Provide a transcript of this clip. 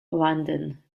landen